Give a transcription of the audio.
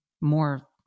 more